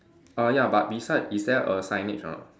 uh ya but beside is there a signage or not